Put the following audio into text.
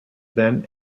then